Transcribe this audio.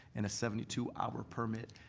and a seventy two hour permit,